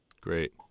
Great